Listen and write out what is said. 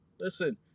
Listen